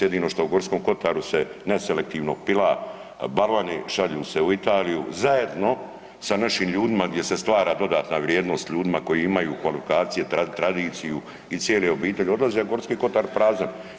Jedino što u Gorskom kotaru se neselektivno pila balvani, šalju se u Italiju zajedno sa našim ljudima gdje se stvara dodatna vrijednost, ljudima koji imaju kvalifikacije, tradiciju i cijele obitelji odlaze a Gorski kotar prazan.